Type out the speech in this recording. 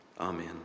Amen